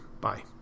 bye